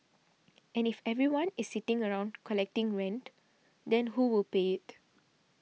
and if everyone is sitting around collecting rent then who will pay it